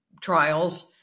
trials